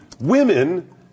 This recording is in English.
women